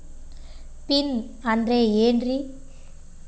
Pin ಅಂದ್ರೆ ಏನ್ರಿ?